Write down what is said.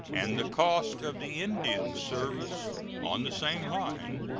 and the cost of the indian service on the same line,